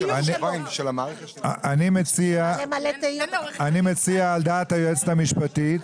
אני מציע על דעת היועצת המשפטית